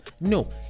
no